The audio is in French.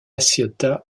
ciotat